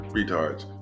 Retards